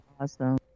awesome